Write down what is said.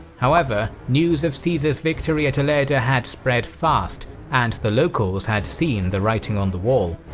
however, news of caesar's victory at ilerda had spread fast and the locals had seen the writing on the wall.